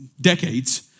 decades